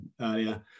earlier